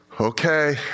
Okay